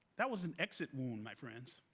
that was an exit wound, my friends.